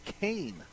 Kane